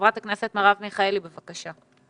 חברת הכנסת מרב מיכאלי, בבקשה.